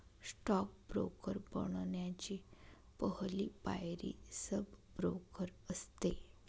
stock broker बनण्याची पहली पायरी सब ब्रोकर असते